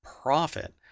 profit